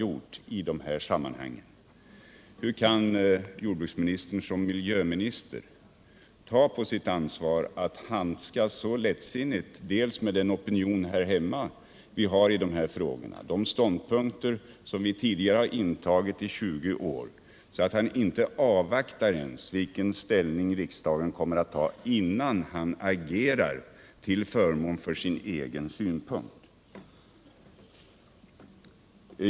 Med tanke på den opinion vi har här hemma i dessa frågor och med hänsyn till den ståndpunkt vi under 20 år har intagit frågar man sig hur jordbruksministern såsom miljöminister kan ta på sitt ansvar att handskas så lättsinnigt med denna fråga att han inte ens avvaktar riksdagens ställningstagande i dag innan han agerar till förmån för sin egen synpunkt.